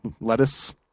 lettuce